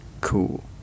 cool